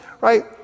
right